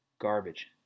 garbage